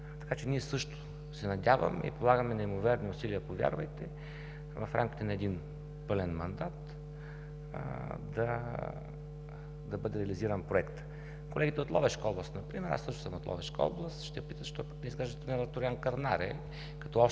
така че ние също се надяваме и полагаме неимоверни усилия, повярвайте, в рамките на един пълен мандат да бъде реализиран проектът. Колегите от Ловешка област например – аз също съм от Ловешка област, ще питат защо не се изгражда тунелът Троян – Кърнаре,